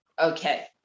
okay